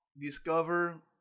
discover